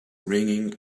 ringing